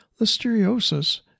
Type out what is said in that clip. Listeriosis